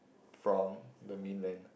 from the mainland